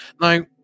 Now